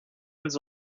was